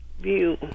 View